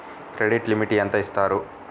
Credit limit ఎంత ఇస్తారు?